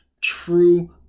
true